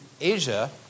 Asia